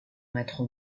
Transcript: maître